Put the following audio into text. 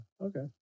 Okay